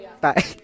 Bye